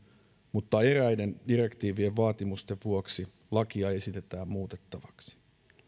mutta eräiden direktiivien vaatimusten vuoksi lakia esitetään muutettavaksi